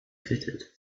fitted